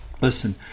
listen